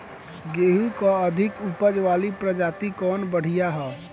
गेहूँ क अधिक ऊपज वाली प्रजाति कवन बढ़ियां ह?